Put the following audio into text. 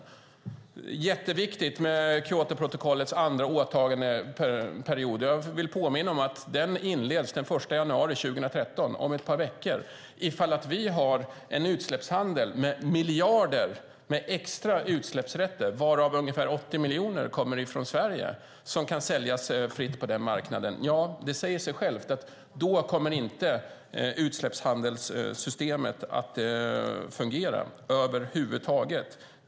Det är jätteviktigt med Kyotoprotokollets andra åtagandeperiod. Jag vill påminna om att den inleds den 1 januari 2013, om ett par veckor. Ifall vi har en utsläppshandel med miljarder av extra utsläppsrätter, varav ungefär 80 miljoner kommer från Sverige, som kan säljas fritt på den marknaden säger det sig självt att utsläppshandelssystemet inte kommer att fungera över huvud taget.